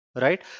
right